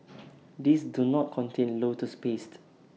these do not contain lotus paste